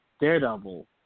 Daredevil